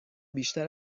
بیشتر